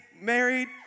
married